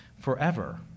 forever